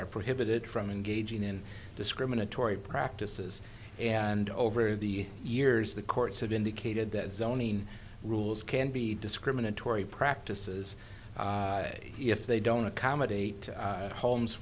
are prohibited from engaging in discriminatory practices and over the years the courts have indicated that zoning rules can be discriminatory practices if they don't accommodate homes